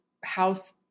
house